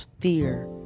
fear